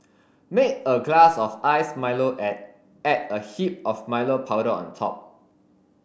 make a glass of iced Milo and add a heap of Milo powder on top